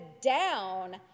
down